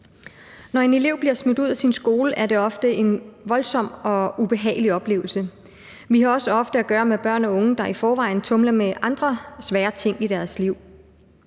Når en elev bliver smidt ud af sin skole, er det ofte en voldsom og ubehagelig oplevelse. Vi har også ofte at gøre med børn og unge, der i forvejen tumler med andre svære ting i deres liv.